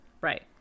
Right